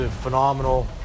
phenomenal